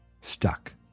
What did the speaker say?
stuck